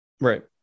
Right